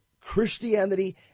Christianity